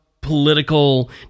political